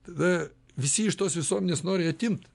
tada visi iš tos visuomenės nori atimt